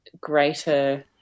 greater